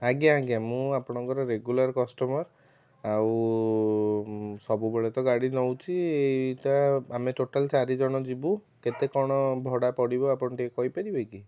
ଆଜ୍ଞା ଆଜ୍ଞା ମୁଁ ଆପଣଙ୍କର ରେଗୁଲାର୍ କଷ୍ଟମର ଆଉ ସବୁବେଳେ ତ ଗାଡ଼ି ନଉଛି ଏଇଟା ଆମେ ଟୋଟାଲ ଚାରିଜଣ ଯିବୁ କେତେ କଣ ଭଡ଼ା ପଡ଼ିବ ଆପଣ ଟିକିଏ କହିପାରିବେ କି